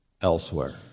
elsewhere